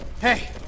Hey